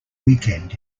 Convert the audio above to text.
weekend